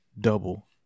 double